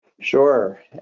Sure